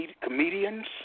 comedians